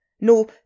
No